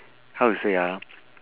how to say ah